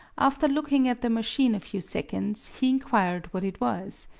after looking at the machine a few seconds he inquired what it was.